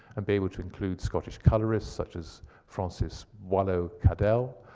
and be able to include scottish colorists, such as francis boileau cadell.